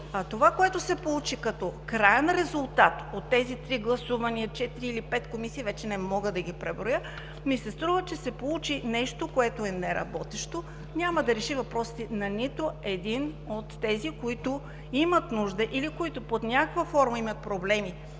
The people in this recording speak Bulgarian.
това което се получи като краен резултат от тези три гласувания, четири или пет комисии, вече не мога да ги преброя, ми се струва, че се получи нещо, което е неработещо, няма да реши въпросите на нито един от тези, които имат нужда или които под някаква форма имат проблеми